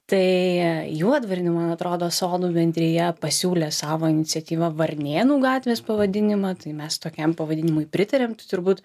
tai juodvarnių man atrodo sodų bendrija pasiūlė savo iniciatyva varnėnų gatvės pavadinimą tai mes tokiam pavadinimui pritarėm tai turbūt